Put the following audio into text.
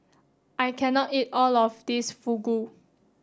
I can not eat all of this Fugu